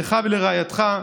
לך ולרעייתך,